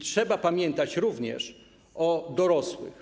Trzeba pamiętać również o dorosłych.